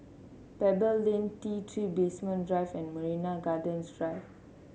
Pebble Lane T Three Basement Drive and Marina Gardens Drive